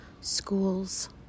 schools